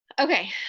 okay